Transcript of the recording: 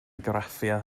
graffiau